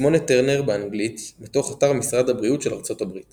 תסמונת טרנר באנגלית – מתוך אתר משרד הבריאות של ארצות הברית